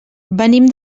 venim